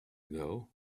ago